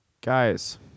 Guys